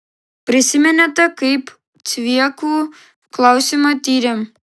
prisimenate kaip cviekų klausimą tyrėm